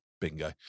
bingo